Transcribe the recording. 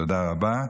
תודה רבה.